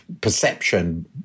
perception